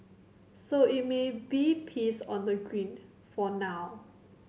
so it may be peace on the green for now